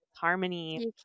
harmony